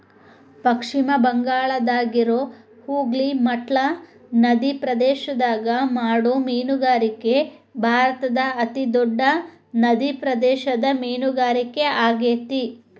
ಪಶ್ಚಿಮ ಬಂಗಾಳದಾಗಿರೋ ಹೂಗ್ಲಿ ಮಟ್ಲಾ ನದಿಪ್ರದೇಶದಾಗ ಮಾಡೋ ಮೇನುಗಾರಿಕೆ ಭಾರತದ ಅತಿ ದೊಡ್ಡ ನಡಿಪ್ರದೇಶದ ಮೇನುಗಾರಿಕೆ ಆಗೇತಿ